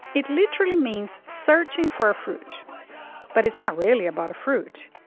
it literally means searching for a fruit but it's not really about a fruit.